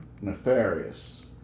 nefarious